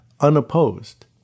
unopposed